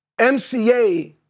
MCA